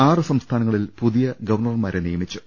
ആറ് സംസ്ഥാനങ്ങളിൽ പുതിയ ഗവർണർമാരെ നിയമിച്ചു